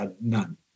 none